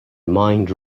mind